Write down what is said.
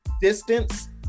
distance